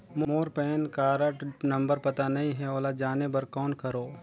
मोर PAN card number पता नहीं है, ओला जाने बर कौन करो?